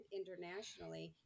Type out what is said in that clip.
internationally